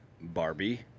Barbie